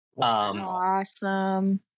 awesome